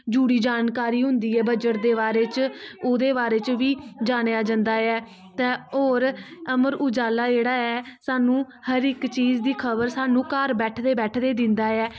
जुड़ी जानकारी होंदी ऐ बजट दे बारे च ओह्दे बारे च बी जानेआ जंदा ऐ ते होर अमर उजाला जेह्ड़ा ऐ स्हानू हर इक चीज़ दी खबर स्हानू बैठे बैठेदे दिंदा ऐ